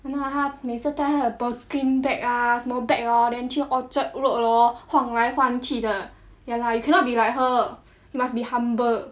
!hanna! 她每次带她的 Birkin bag ah 什么 bag orh then 去 orchard road hor 晃来晃去的 ya lah you cannot be like her you must be humble